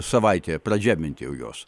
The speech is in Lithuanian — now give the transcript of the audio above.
savaitė pradžia bent jau jos